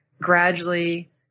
gradually